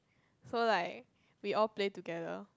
so like we all play together